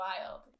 wild